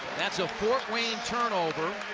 that's a fort wayne turnover.